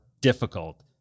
difficult